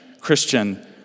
Christian